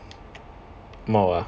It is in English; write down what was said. அம்மாவா:aammawa